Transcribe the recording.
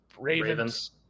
Ravens